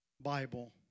Bible